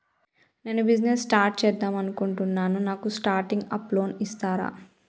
నేను business start చేద్దామనుకుంటున్నాను నాకు స్టార్టింగ్ అప్ లోన్ ఇస్తారా?